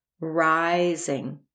rising